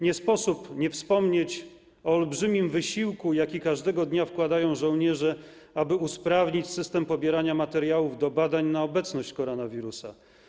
Nie sposób nie wspomnieć o olbrzymim wysiłku, jaki każdego dnia wkładają żołnierze, aby usprawnić system pobierania materiałów do badań na obecność koronawirusa.